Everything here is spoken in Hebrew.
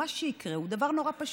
מה שיקרה הוא דבר נורא פשוט.